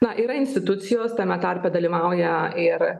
na yra institucijos tame tarpe dalyvauja ir